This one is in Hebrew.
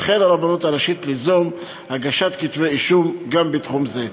תחל הרבנות הראשית ליזום הגשת כתבי אישום גם בתחום זה.